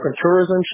tourism